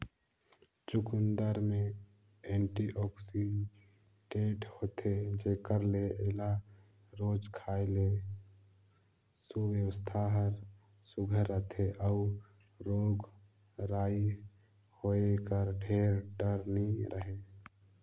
चुकंदर में एंटीआक्सीडेंट होथे जेकर ले एला रोज खाए ले सुवास्थ हर सुग्घर रहथे अउ रोग राई होए कर ढेर डर नी रहें